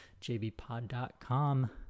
JBPod.com